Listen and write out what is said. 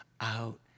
out